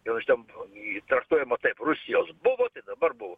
vien už tem jį traktuojama taip rusijos buvo tai dabar buvo